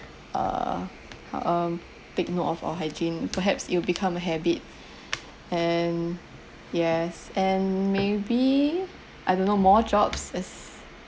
uh um take note of our hygiene perhaps it'll become a habit and yes and maybe I don't know more jobs as